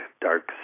dark